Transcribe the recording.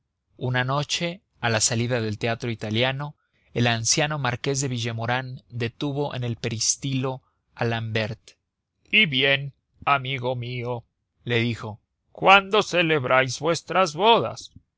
una noche a la salida del teatro italiano el anciano marqués de villemaurin detuvo en el peristilo a l'ambert y bien amigo mío le dijo cuándo celebráis vuestras bodas